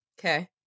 Okay